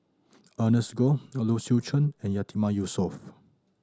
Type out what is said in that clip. Ernest Goh Low Low Swee Chen and Yatiman Yusof